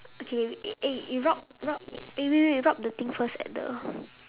okay eh eh you rub rub eh wait wait rub the things first at the